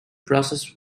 process